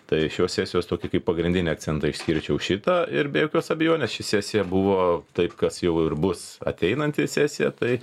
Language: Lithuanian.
tai šios sesijos tokį kaip pagrindinį akcentą išskirčiau šitą ir be jokios abejonės ši sesija buvo tai kas jau ir bus ateinanti sesija tai